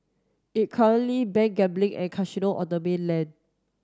it currently ban gambling and casino on the mainland